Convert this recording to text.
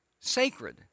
Sacred